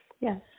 Yes